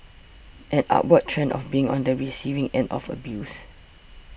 an upward trend of being on the receiving end of abuse